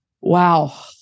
wow